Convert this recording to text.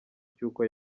cy’uko